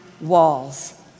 walls